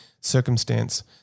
circumstance